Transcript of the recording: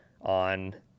on